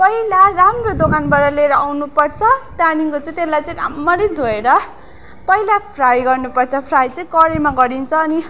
पहिला राम्रो दोकानबाट लिएर आउनु पर्छ त्यहाँदेखि त्यसलाई चाहिँ रामरी धुएर पहिला फ्राई गर्नु पर्छ फ्राइ चैँ करइमा गरिन्छ अनि